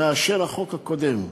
מהחוק הקודם,